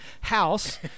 house